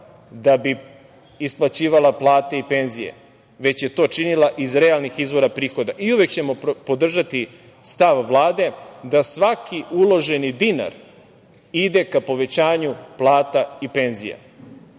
da bi isplaćivale plate i penzije, već je to činila iz realnih izvora prihoda. I uvek ćemo podržati stav Vlade da svaki uloženi dinar ide ka povećanju plata i penzija,